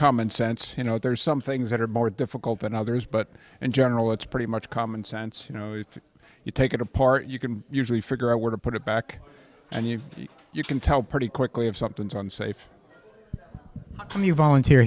common sense you know there's some things that are more difficult than others but in general it's pretty much common sense you know if you take it apart you can usually figure out where to put it back and you you can tell pretty quickly if something's on safe when you volunteer